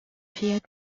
fiat